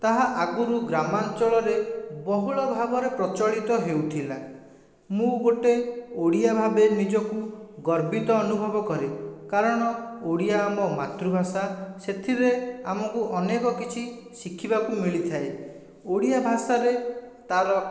ତାହା ଆଗରୁ ଗ୍ରାମାଞ୍ଚଳରେ ବହୁଳ ଭାବରେ ପ୍ରଚଳିତ ହେଉଥିଲା ମୁଁ ଗୋଟିଏ ଓଡ଼ିଆ ଭାବେ ନିଜକୁ ଗର୍ବିତ ଅନୁଭବ କରେ କାରଣ ଓଡ଼ିଆ ଆମ ମାତୃଭାଷା ସେଥିରେ ଆମକୁ ଅନେକ କିଛି ଶିଖିବାକୁ ମିଳିଥାଏ ଓଡ଼ିଆ ଭାଷାରେ ତାର